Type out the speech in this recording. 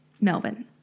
Melbourne